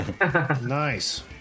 nice